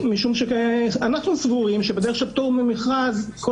משום שאנחנו סבורים שבדרך של פטור ממכרז כל